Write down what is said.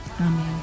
Amen